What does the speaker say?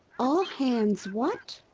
all hands what?